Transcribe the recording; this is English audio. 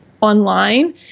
online